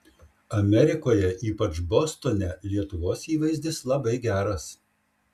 amerikoje ypač bostone lietuvos įvaizdis labai geras